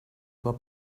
tua